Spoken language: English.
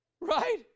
Right